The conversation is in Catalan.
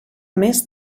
més